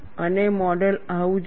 અને મોડલ આવું જ છે